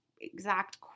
exact